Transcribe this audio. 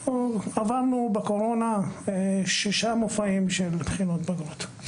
אנחנו עברנו בקורונה שישה מופעים של בחינות בגרות.